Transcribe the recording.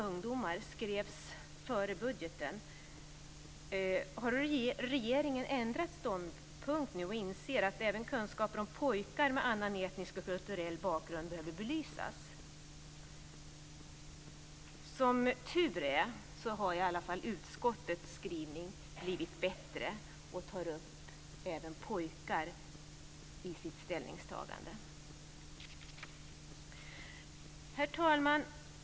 Har regeringen ändrat ståndpunkt och inser att även kunskaper om pojkar med annan etnisk och kulturell bakgrund behövs? Som tur är har i alla fall utskottets skrivning blivit bättre. Utskottet tar upp även pojkar i sitt ställningstagande. Herr talman!